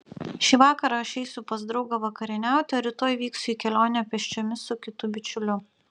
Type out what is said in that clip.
šį vakarą aš eisiu pas draugą vakarieniauti o rytoj vyksiu į kelionę pėsčiomis su kitu bičiuliu